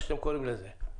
איך שאתם קוראים לזה.